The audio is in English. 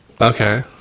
Okay